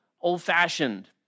old-fashioned